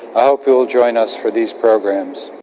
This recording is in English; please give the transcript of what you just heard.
i hope you'll join us for these programs,